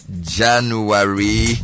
January